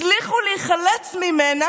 הצליחו להיחלץ ממנו,